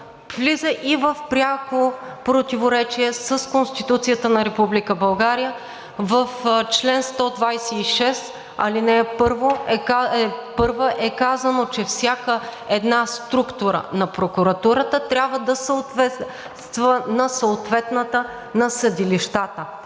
влиза и в пряко противоречие с Конституцията на Република България. В чл. 126, ал. 1 е казано, че всяка една структура на прокуратурата трябва да съответства на съответната на съдилищата.